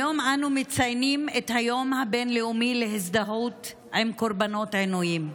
היום אנו מציינים את היום הבין-לאומי להזדהות עם קורבנות עינויים.